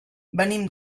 venim